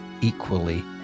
equally